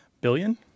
Billion